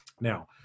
Now